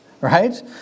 right